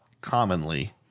commonly